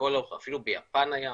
אפילו ביפן היה,